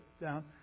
down